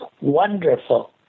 wonderful